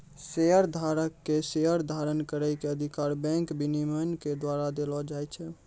शेयरधारक के शेयर धारण करै के अधिकार बैंक विनियमन के द्वारा देलो जाय छै